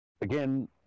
again